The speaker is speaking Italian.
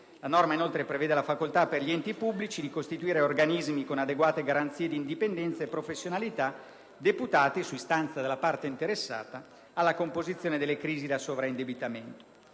La norma prevede, inoltre, la facoltà per gli enti pubblici di costituire organismi con adeguate garanzie di indipendenza e professionalità, deputati, su istanza della parte interessata, alla composizione delle crisi da sovraindebitamento.